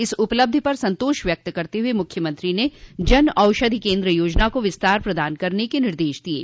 इस उपलब्धि पर संतोष व्यक्त करते हुए मुख्यमंत्री ने जन औषधी केन्द्र योजना को विस्तार प्रदान करने के निर्देश दिये